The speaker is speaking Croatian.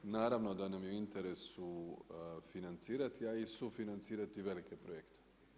Naravno da nam je u interesu financirati a i sufinancirati velike projekte.